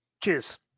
Cheers